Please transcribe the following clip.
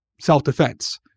self-defense